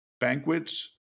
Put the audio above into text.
banquets